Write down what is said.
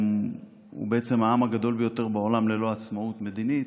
שהוא בעצם העם הגדול ביותר בעולם בלא עצמאות מדינית,